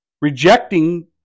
rejecting